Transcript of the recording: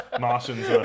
Martians